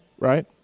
right